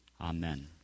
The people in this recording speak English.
Amen